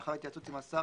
לאחר התייעצות עם השר,